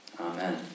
Amen